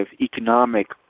economic